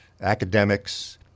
academics